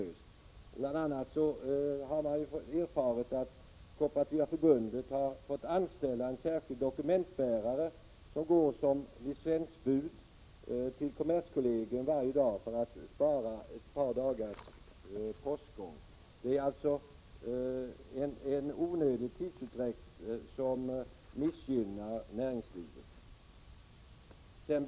Bl. a. har man erfarit att Kooperativa förbundet har fått anställa en särskild dokumentbärare, som går som licensbud till kommerskollegium varje dag för att spara ett par dagars postgång. Det är alltså en onödig tidsutdräkt som missgynnar näringslivet.